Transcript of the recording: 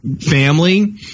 family